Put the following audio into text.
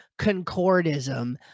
concordism